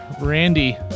Randy